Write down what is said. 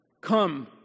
Come